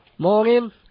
Morning